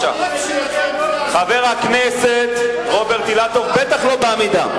חבר הכנסת רוברט אילטוב, בטח לא בעמידה.